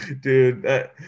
Dude